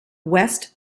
west